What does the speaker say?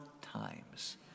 times